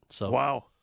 Wow